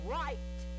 right